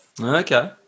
Okay